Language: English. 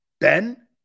Ben